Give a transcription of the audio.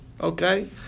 Okay